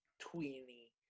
tweeny